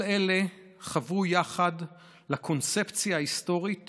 כל אלה חברו יחד לקונספציה ההיסטורית